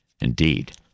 Indeed